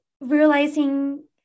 realizing